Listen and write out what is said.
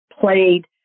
played